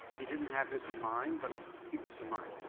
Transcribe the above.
he didn't have this in mind, but keep this in mind.